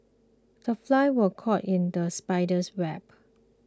the fly was caught in the spider's web